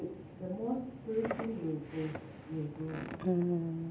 mm